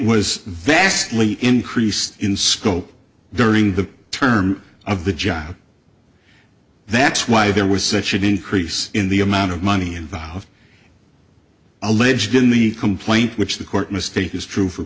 was vastly increased in scope during the term of the job that's why there was such an increase in the amount of money involved alleged in the complaint which the court mistake is true for